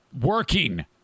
working